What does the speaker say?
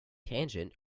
tangent